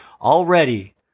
Already